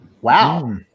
Wow